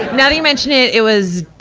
that you mention it, it was,